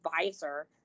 advisor